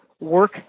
work